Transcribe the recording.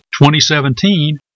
2017